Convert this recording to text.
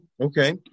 Okay